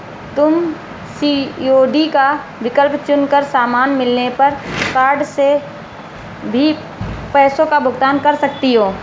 तुम सी.ओ.डी का विकल्प चुन कर सामान मिलने पर कार्ड से भी पैसों का भुगतान कर सकती हो